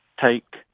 take